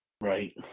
Right